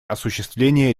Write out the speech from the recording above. осуществление